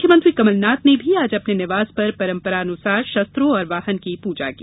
मुख्यमंत्री कमलनाथ ने भी आज अपने निवास पर परम्परानुसार शस्त्रों और वाहन की पूजा की